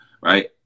right